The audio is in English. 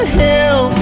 hill